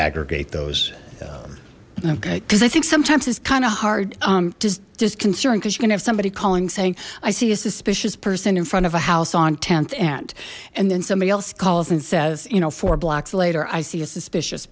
aggregate those okay because i think sometimes it's kind of hard just just concerned because you can have somebody calling saying i see a suspicious person in front of a house on tenth end and then somebody else calls and says you know four blocks later i see a suspicious